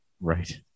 Right